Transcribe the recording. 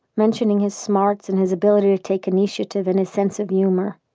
mentioning his smarts and his ability to take initiative and his sense of humor.